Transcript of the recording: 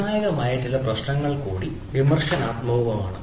നിർണായകമായ ചില പ്രശ്നങ്ങൾ കൂടി വിമർശനാത്മകമാണ്